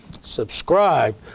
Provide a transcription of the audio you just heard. subscribe